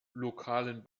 lokalen